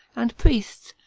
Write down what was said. and priests,